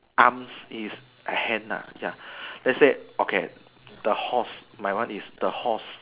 arms is a hand nah ya lets say okay the horse my one is the horse